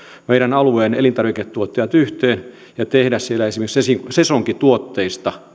meidän alueen elintarviketuottajat yhteen ja siellä esimerkiksi esimerkiksi sesonkituotteista